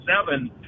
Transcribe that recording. seven